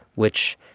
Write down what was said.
which,